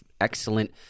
excellent